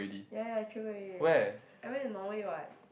ya ya three more year I went to Norway what